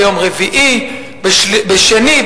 ביום שני,